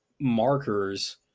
markers